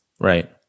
Right